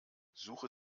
suche